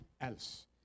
else